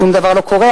שום דבר לא קורה,